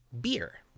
beer